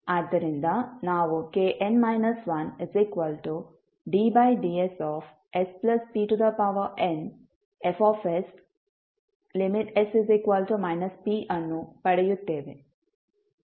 ಆದ್ದರಿಂದ ನಾವು kn 1ddsspnF|s p ಅನ್ನು ಪಡೆಯುತ್ತೇವೆ